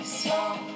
small